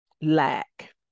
Lack